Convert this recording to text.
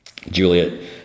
Juliet